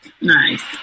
Nice